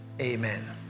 amen